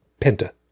penta